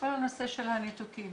כל הנושא של הניתוקים.